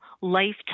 lifetime